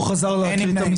הצבעה לא אושרו.